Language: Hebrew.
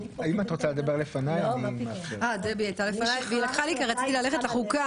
האוניברסיטה העברית,